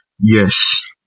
Yes